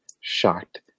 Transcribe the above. shocked